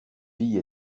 fille